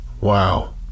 wow